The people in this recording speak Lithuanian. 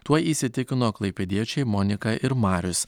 tuo įsitikino klaipėdiečiai monika ir marius